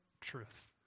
truth